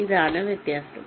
ഇതാണ് വ്യത്യാസം